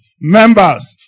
members